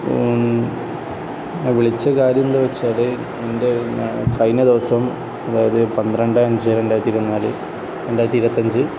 ഞാൻ വിളിച്ച കാര്യം എന്താണെന്ന് വച്ചാൽ എൻ്റെ കഴഞ്ഞ ദിവസം അതായത് പന്ത്രണ്ട് അഞ്ച് രണ്ടായിരത്തി ഇരുപത്തി നാല് രണ്ടായിരത്തി ഇരുപത്തി അഞ്ച്